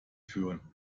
führen